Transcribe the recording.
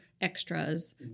extras